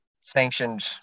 sanctioned –